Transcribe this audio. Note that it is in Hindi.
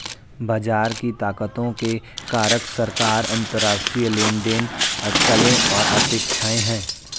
बाजार की ताकतों के कारक सरकार, अंतरराष्ट्रीय लेनदेन, अटकलें और अपेक्षाएं हैं